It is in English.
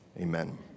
amen